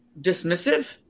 Dismissive